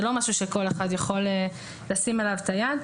זה לא משהו שכל אחד יכול לשים עליו את היד.